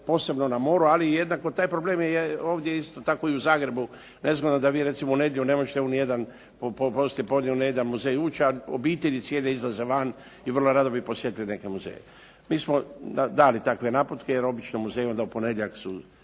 posebno na moru, ali jednako taj problem je isto i u Zagrebu nezgodno da recimo vi u nedjelju ne možete u nijedan poslijepodne u nijedan muzej ući, a obitelji cijele izlaze van i vrlo rado bi posjetile neke muzeje. Mi smo dali takve naputke, jer obično muzeji u ponedjeljak su